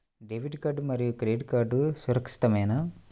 Debit card మరియు credit card సురక్షితమేనా?